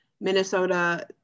Minnesota